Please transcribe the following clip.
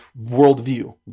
worldview